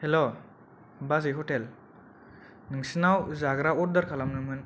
हेल' बाजै हटेल नोंसिनाव जाग्रा अरदार खालामनो मोन